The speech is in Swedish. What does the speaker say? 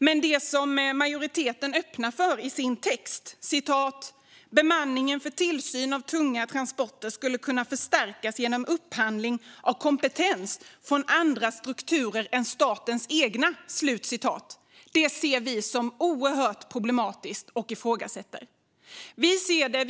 Men det som majoriteten öppnar för i sin text - bemanningen för tillsyn av tunga transporter skulle kunna förstärkas genom upphandling av kompetens från andra strukturer än statens egna - ser vi som oerhört problematiskt, och detta är något som vi ifrågasätter.